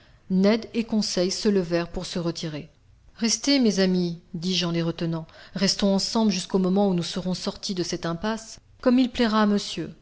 ned et conseil se levèrent pour se retirer restez mes amis dis-je en les retenant restons ensemble jusqu'au moment où nous serons sortis de cette impasse comme il plaira à monsieur